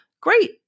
great